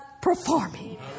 performing